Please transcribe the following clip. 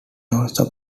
also